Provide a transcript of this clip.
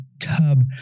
tub